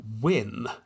win